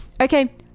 Okay